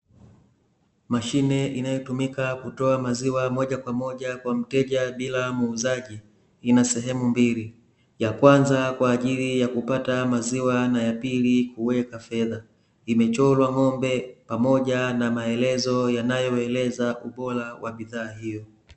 Mashine inayotumika kutoa maziwa moja kwa moja kwa mteja bila muuzaji ina sehemu mbili, ya kwanza kwa ajili ya kupata maziwa na ya pili wa ajili ya kuweka fedha. Imechorwa ng'ombe pamoja na maelezo yanayoeleza ubora wa bidhaa hiyo.